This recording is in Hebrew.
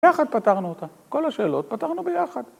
יחד פתרנו אותה. כל השאלות פתרנו ביחד.